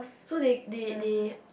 so they they they